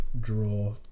draw